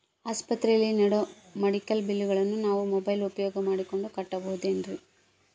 ಆಸ್ಪತ್ರೆಯಲ್ಲಿ ನೇಡೋ ಮೆಡಿಕಲ್ ಬಿಲ್ಲುಗಳನ್ನು ನಾವು ಮೋಬ್ಯೆಲ್ ಉಪಯೋಗ ಮಾಡಿಕೊಂಡು ಕಟ್ಟಬಹುದೇನ್ರಿ?